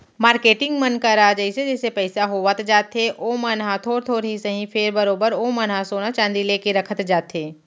marketing मन करा जइसे जइसे पइसा होवत जाथे ओमन ह थोर थोर ही सही फेर बरोबर ओमन ह सोना चांदी लेके रखत जाथे